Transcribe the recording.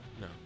No